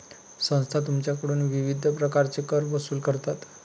संस्था तुमच्याकडून विविध प्रकारचे कर वसूल करतात